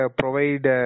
provide